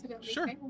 Sure